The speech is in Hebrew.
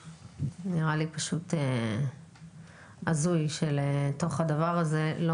זה נראה לי פשוט הזוי שלתוך הדבר הזה לא